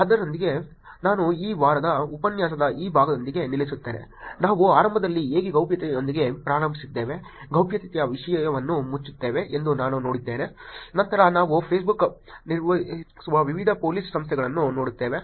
ಅದರೊಂದಿಗೆ ನಾನು ಈ ವಾರದ ಉಪನ್ಯಾಸದ ಈ ಭಾಗದೊಂದಿಗೆ ನಿಲ್ಲಿಸುತ್ತೇನೆ ನಾವು ಆರಂಭದಲ್ಲಿ ಹೇಗೆ ಗೌಪ್ಯತೆಯೊಂದಿಗೆ ಪ್ರಾರಂಭಿಸಿದ್ದೇವೆ ಗೌಪ್ಯತೆಯ ವಿಷಯವನ್ನು ಮುಚ್ಚುತ್ತೇವೆ ಎಂದು ನಾವು ನೋಡಿದ್ದೇವೆ ನಂತರ ನಾವು ಫೇಸ್ಬುಕ್ ನಿರ್ವಹಿಸುವ ವಿವಿಧ ಪೊಲೀಸ್ ಸಂಸ್ಥೆಗಳನ್ನು ನೋಡುತ್ತೇವೆ